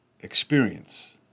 experience